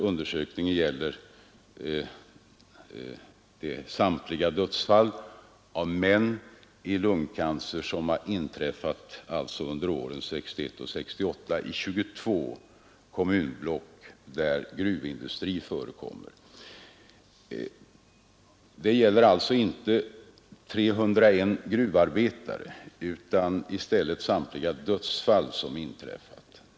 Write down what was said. Undersökningen gäller samtliga dödsfall i lungcancer bland män som har inträffat under åren 1961—1968 i 22 kommunblock där gruvindustri förekommer. Det gäller alltså inte 301 gruvarbetare utan i stället samtliga dödsfall i lungcancer som inträffat.